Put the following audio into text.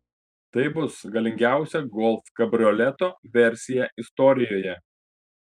tai bus galingiausia golf kabrioleto versija istorijoje